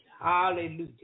Hallelujah